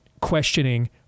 questioning